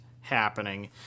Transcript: happening